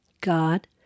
God